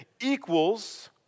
equals